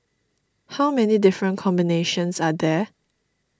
how many different combinations are there